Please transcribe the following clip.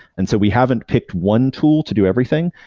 and so we haven't picked one tool to do everything.